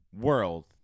world